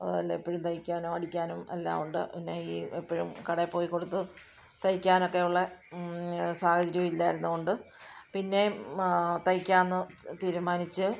അല്ലേ എപ്പോഴും തയ്ക്കാനും അടിക്കാനും എല്ലാം ഉണ്ട് പിന്നെ ഈ എപ്പോഴും കടയിൽ പോയി കൊടുത്ത് തയ്ക്കാനൊക്കെ ഉള്ള സാഹചര്യം ഇല്ലായിരുന്നതു കൊണ്ട് പിന്നെ മാ തയ്ക്കാമെന്ന് തീരുമാനിച്ച്